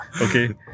Okay